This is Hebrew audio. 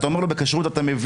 אתה אומר לו: בכשרות אתה מבין,